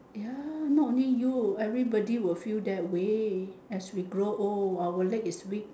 ya not only you everybody will feel that way as we grow old our leg is weak